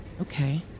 Okay